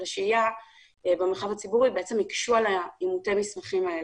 של השהייה במרחב הציבורי היקשו על אימותי המסמכים האלה.